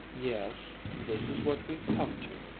yes, this is what we've come to.